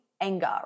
anger